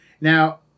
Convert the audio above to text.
Now